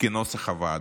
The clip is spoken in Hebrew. כנוסח הוועדה.